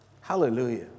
Hallelujah